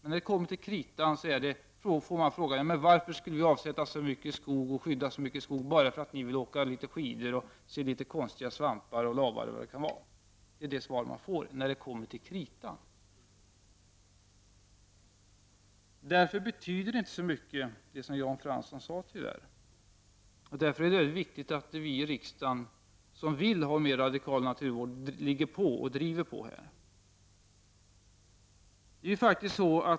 När det kommer till kritan är det svar man får: ”Men varför skulle vi avsätta och skydda så mycket skog bara för att ni vill åka skidor och se litet konstiga svampar och lavar, och vad det kan vara?” Det som Jan Fransson sade betyder därför inte så mycket, tyvärr. Och därför är det väldigt viktigt att vi i riksdagen som vill ha mer radikal naturvård ligger i och driver på.